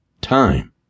time